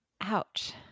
ouch